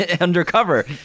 undercover